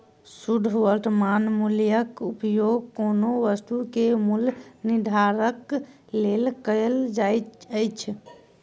शुद्ध वर्त्तमान मूल्यक उपयोग कोनो वस्तु के मूल्य निर्धारणक लेल कयल जाइत अछि